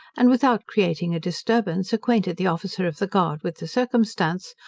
and without creating a disturbance, acquainted the officer of the guard with the circumstance,